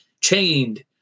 chained